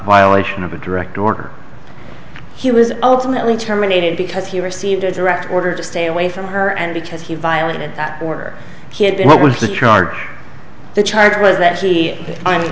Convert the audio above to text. violation of a direct order he was ultimately terminated because he received a direct order to stay away from her and because he violated that order he had what was the charge the charge was